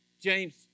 James